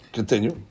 Continue